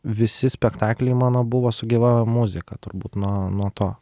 visi spektakliai mano buvo su gyva muzika turbūt nuo nuo to